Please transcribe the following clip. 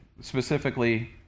specifically